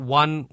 one